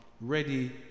ready